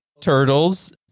turtles